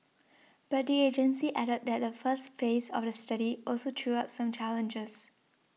but the agency added that the first phase of the study also threw up some challenges